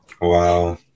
Wow